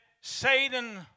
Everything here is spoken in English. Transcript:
Satan